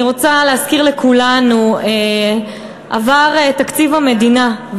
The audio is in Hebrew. אני רוצה להזכיר לכולנו: עבר תקציב המדינה,